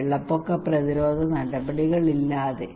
വെള്ളപ്പൊക്ക പ്രതിരോധ നടപടികളില്ലാതെ